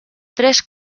tres